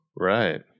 right